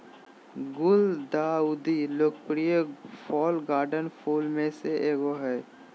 गुलदाउदी लोकप्रिय fall garden फूल में से एगो हइ